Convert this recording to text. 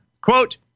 quote